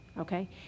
okay